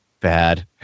bad